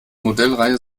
modellreihe